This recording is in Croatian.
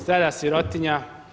Strada sirotinja.